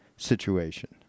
Situation